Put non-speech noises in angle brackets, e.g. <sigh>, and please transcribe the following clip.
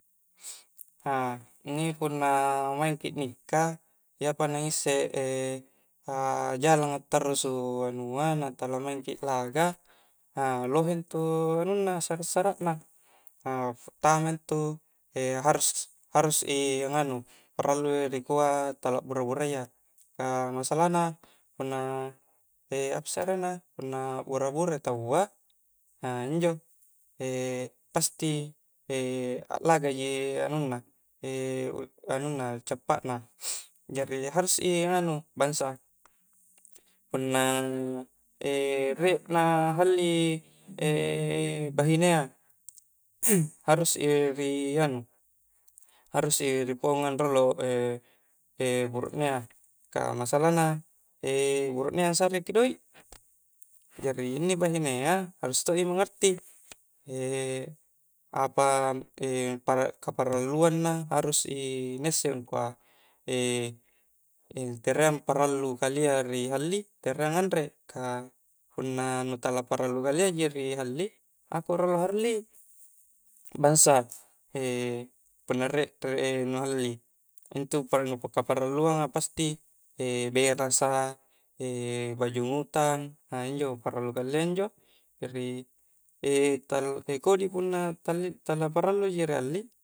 <hesitation> nni punna maingki aknikka, iyapa na ngissek <hesitation> ajalang attarusu anua, natala maingki a laga, a lohe intu sara' sara' na, pertama intu <hesitation> harus-harus i anganu, parallu i rikua tala bura burayya, ka masalahna punna <hesitation> apasse arenna punna bura bura tuua, <hesitation> injo <hesitation> pasti <hesitation> aklagaji anunna, <hesitation> anunna <hesitation> cappana, jari harus i anganu, <hesitation> bangsa punna <hesitation> riek na halli, <hesitation> bahinea, harus, i ri anu, harus ripoangngang rolo, <hesitation> buruknea, ka masalahna <hesitation> buruknea sareki doik, jari inni bahinea harus todo i mengerti, <hesitation> apa <hesitation> pakaparalluangna harus i naissek kua <hesitation> tereang parallu kalia ri halli tereang anrek, ka punna tala parallu kaliaji ri halli ako rolo halli. bangsa <hesitation> punna riek nu halli intu <unintelligible> kaparalluang a pasti <hesitation> berasa, <hesitation> bajung utang, <hesitation> injo parallu kalia injo, jari <unintelligible> kodi i punna tala-tala parallu ri halli